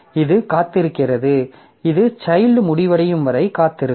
இது காத்திருக்கிறது இது சைல்ட் முடிவடையும் வரை காத்திருங்கள்